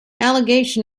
allegation